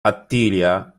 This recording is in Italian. attilia